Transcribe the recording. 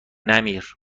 نمیر